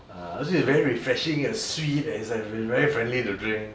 ah that's why very refreshing and sweet and it's like very friendly to drink